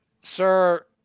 Sir